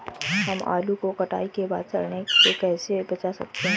हम आलू को कटाई के बाद सड़ने से कैसे बचा सकते हैं?